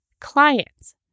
clients